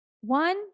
one